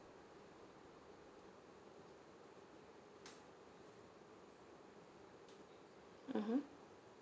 mmhmm